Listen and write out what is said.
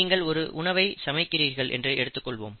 நீங்கள் ஒரு உணவை சமைக்கிறீர்கள் என்று எடுத்துக்கொள்வோம்